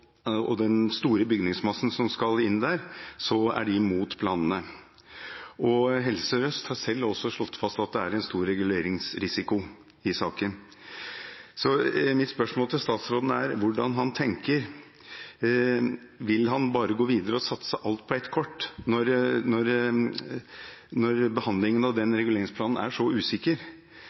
den store bygningsmassen som skal inn der, er de imot planene. Helse Sør-Øst har selv også slått fast at det er en stor reguleringsrisiko i saken. Mitt spørsmål til statsråden gjelder hvordan han tenker: Vil han bare gå videre og satse alt på ett kort når behandlingen av reguleringsplanen er så usikker,